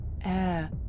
air